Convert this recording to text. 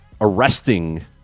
arresting